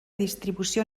distribució